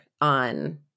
on